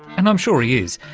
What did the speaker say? and i'm sure he is.